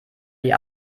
die